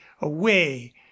away